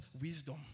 wisdom